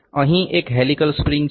અહીં એક helical spring છે